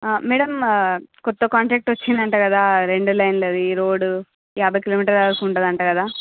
madam కొత్త contract వచ్చిందంట కదా రెండు లైన్ లవి రోడ్ యాభై కిలోమీటర్ ల దాకా ఉంటుందంట కదా